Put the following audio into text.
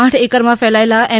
આઠ એકરમાં ફેલાચેલા એમ